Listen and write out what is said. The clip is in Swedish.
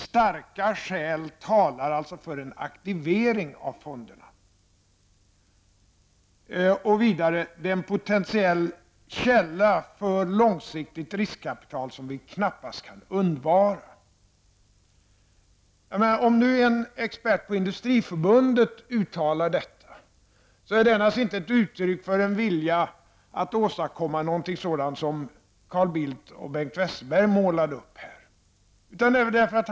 Starka skäl talar alltså för en aktivering av fonderna. -- De utgör en potentiell källa för långsiktigt riskkapital som vi knappast har råd att undvara''. När nu en expert på industriförbundet uttalar detta, är det naturligtvis inte ett uttryck för en vilja att åstadkomma något sådant som Carl Bildt och Bengt Westerberg här målade upp.